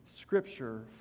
Scripture